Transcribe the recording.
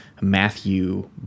matthew